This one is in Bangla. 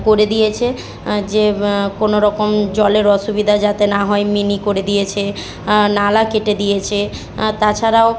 করে দিয়েছে যে কোনো রকম জলের অসুবিধা যাতে না হয় মিনি করে দিয়েছে নালা কেটে দিয়েছে তাছাড়াও